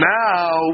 now